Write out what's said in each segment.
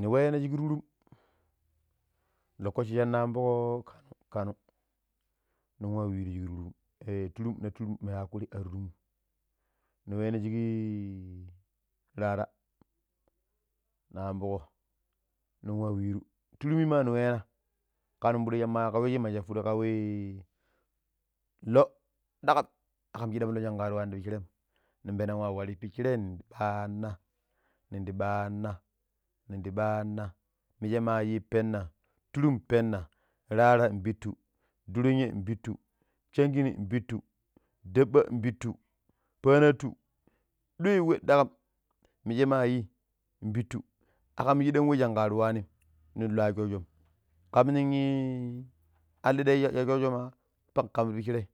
Ni weena shik turm lokaci shanna abukon kano, nenwa wiru a turum ma yi akuri. Ni weena rurumum ne wenna shikkii raara. Naa aɓuko nin nan wa weeru turumima ni wenna kano pidi shim ma kauji ma sha pidi kau ii loo dakkam akam shiɗɗam loo shinka ar weeni ti pishiraim, nin pennan nwa wari pisharai nin di ɓaana, nin di ɓaana. Ninda ɓaana minje ma yi penna, turum peena, raara npittu durinye npitta, shangeni npittu, daɓɓa npittu, paanatu ɗoi wei ɗakkam mishe ma yi npittu, akam shiɗam we shinka ar weenim, nin loa sho- shom. Kam nin alaɗe ya sho sho ma pan kam ti pishirai.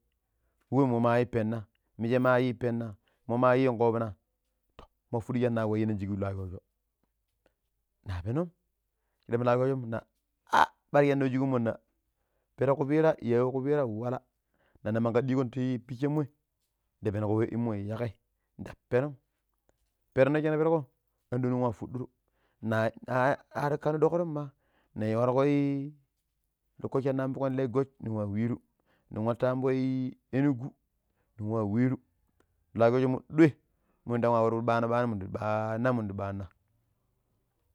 Wee mommo ma yi, penna, mije ma yi pena mo ma yi kobina mommo pidi shinna weenan shik loo ya sho sho. Na penom shidam loa sho- shommom na a ɓara sanna weena shik wemmo na peero kupira yawo kupira wala. Nan na moro ɗikko ti pishommo, da peeno wenmo yageu da penom ni perko shina pergo aɗono nwa fuɗunu na na ar kano dokkromma nii warkoi lokaci shinna ambugo lagos nin nwa weeru nin wattu amtooi enegu nin wa weeru loa sho- shommo ɗoi min nda wa waro pedi ɓano ɓano minu ndi ɓaanna mindi ɓaana.